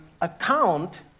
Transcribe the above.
account